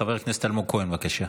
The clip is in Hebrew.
חבר הכנסת אלמוג כהן, בבקשה.